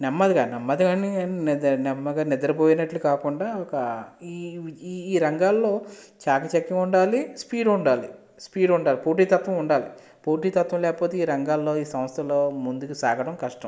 నెమ్మదిగ నెమ్మదిగా నిద్రపోయినట్లు కాకుండా ఒక ఈ రంగాల్లో చాకచక్యం ఉండాలి స్పీడ్ ఉండాలి స్పీడ్ ఉండాలి పోటీతత్వం ఉండాలి పోటీ తత్వం లేకపోతే ఈ రంగాల్లో ఈ సంస్థలో ముందుకు సాగడం కష్టం